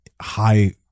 high